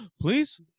Please